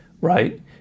right